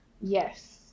Yes